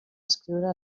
escriure